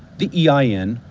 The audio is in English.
the ein,